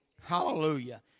Hallelujah